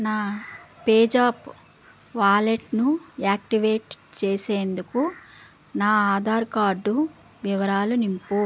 నా పేజాప్ వాలెట్ను యాక్టివేట్ చేసేందుకు నా ఆధార్ కార్డు వివరాలు నింపు